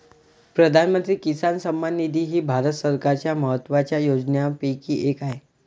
प्रधानमंत्री किसान सन्मान निधी ही भारत सरकारच्या महत्वाच्या योजनांपैकी एक आहे